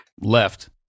left